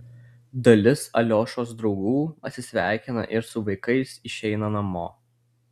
dalis aliošos draugų atsisveikina ir su vaikais išeina namo